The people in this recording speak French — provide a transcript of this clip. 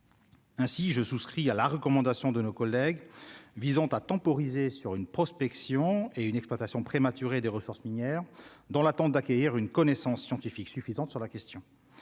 Ainsi je souscris à la recommandation de nos collègues visant à temporiser sur une prospection et une exploitation prématurée des ressources minières dans l'attente d'acquérir une connaissance scientifique suffisante sur la question,